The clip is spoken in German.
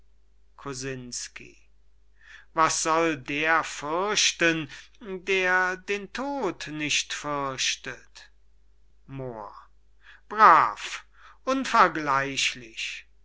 kosinsky was soll der fürchten der den tod nicht fürchtet moor brav unvergleichlich